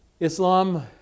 Islam